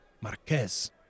Marquez